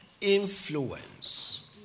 Influence